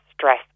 stress